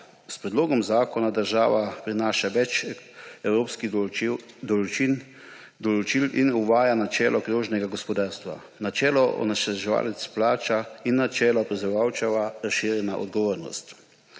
S predlogom zakona država prinaša več evropskih določil in uvaja načelo krožnega gospodarstva, načelo onesnaževalec plača in načelo proizvajalčeva razširjena odgovornost.